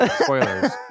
Spoilers